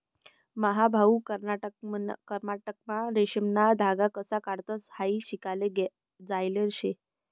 मन्हा भाऊ कर्नाटकमा रेशीमना धागा कशा काढतंस हायी शिकाले जायेल शे